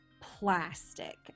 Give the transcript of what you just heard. plastic